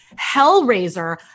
Hellraiser